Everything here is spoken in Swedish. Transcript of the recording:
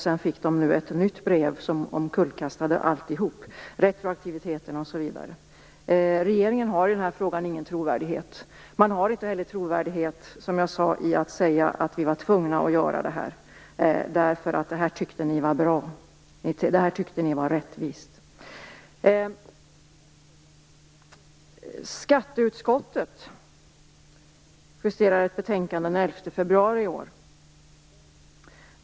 Sedan fick de ett nytt brev som kullkastade alltihop. Vi har retroaktiviteten osv. Regeringen har ingen trovärdighet i den här frågan. Man har, som jag sade, inte heller någon trovärdighet när man säger: Vi var tvungna att göra det här. Det här tyckte ni var bra. Det här tyckte ni var rättvist. februari i år.